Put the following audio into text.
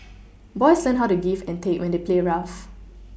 boys learn how to give and take when they play rough